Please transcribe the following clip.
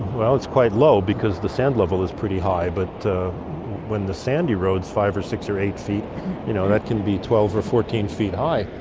well it's quite low because the sand level is pretty high, but ah when the sandy road's five or six or eight feet, you know that can be twelve or fourteen feet high.